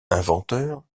inventeur